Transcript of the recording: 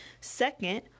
Second